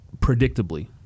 predictably